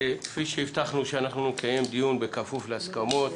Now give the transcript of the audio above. כפי שהבטחנו, שאנחנו נקיים דיון בכפוף להסכמות